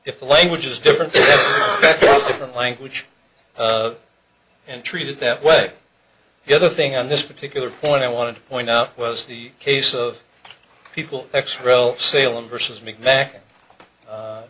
if the language is different from language and treated that way the other thing on this particular point i wanted to point out was the case of people ex pro salem versus